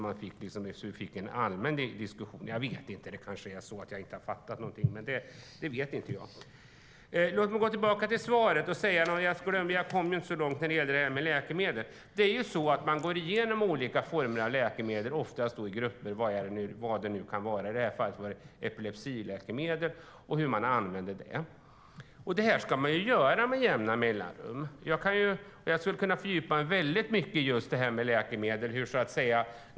Här fick man en allmän diskussion. Men det kanske är så att jag inte har fattat något. Låt mig gå tillbaka till svaret. Jag kom ju inte så långt när det gällde detta med läkemedel. Man går ju igenom olika grupper av läkemedel, i det här fallet epilepsiläkemedel, och hur man använder dem. Detta ska man göra med jämna mellanrum. Jag skulle kunna fördjupa mig mycket i detta med läkemedel.